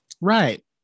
Right